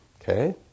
okay